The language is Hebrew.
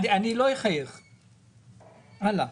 עכשיו